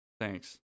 Thanks